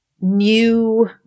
new